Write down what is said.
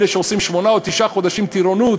אלה שעושים שמונה או תשעה חודשים טירונות,